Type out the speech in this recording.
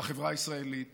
בחברה הישראלית